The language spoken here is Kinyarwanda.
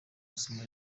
masomo